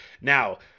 Now